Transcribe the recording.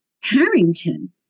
Harrington